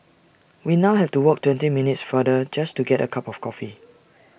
we now have to walk twenty minutes farther just to get A cup of coffee